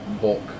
bulk